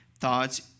thoughts